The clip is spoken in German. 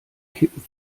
kippen